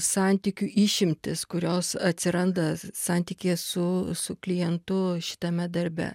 santykių išimtis kurios atsiranda santykyje su su klientu šitame darbe